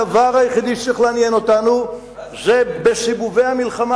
הדבר היחידי שצריך לעניין אותנו בסיבובי המלחמה